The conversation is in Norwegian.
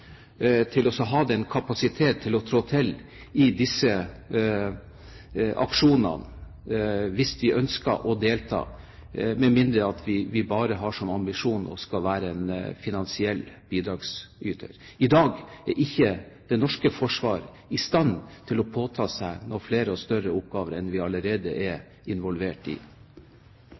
til å ha kapasitet til å trå til i disse aksjonene, hvis vi ønsker å delta, med mindre vi bare har som ambisjon å skulle være en finansiell bidragsyter. I dag er ikke det norske forsvaret i stand til å påta seg noen flere og større oppgaver enn vi allerede er involvert i.